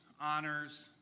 honors